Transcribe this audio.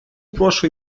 прошу